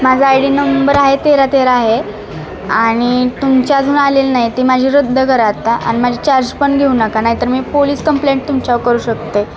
माझा I D number आहे तेरा तेरा आहे आणि तुमच्या अजून आलेला नाही ती माझी रद्द करा आता आणि माझी चार्ज पण घेऊ नका नाहीतर मी पोलिस कंप्लेंट तुमच्यावर करू शकते